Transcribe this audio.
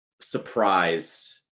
surprised